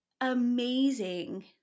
amazing